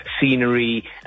scenery